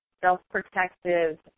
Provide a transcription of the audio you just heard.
self-protective